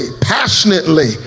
passionately